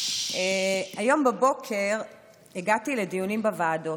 היום בבוקר הגעתי לדיונים בוועדות.